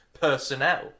personnel